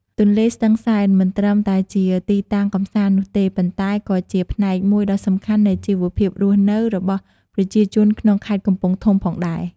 ទន្លេស្ទឹងសែនមិនត្រឹមតែជាទីតាំងកម្សាន្តនោះទេ ប៉ុន្តែក៏ជាផ្នែកមួយដ៏សំខាន់នៃជីវភាពរស់នៅរបស់ប្រជាជនក្នុងខេត្តកំពង់ធំផងដែរ។